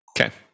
Okay